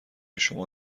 شما